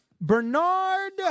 Bernard